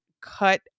cut